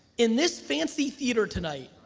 in this fancy theater tonight,